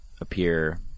appear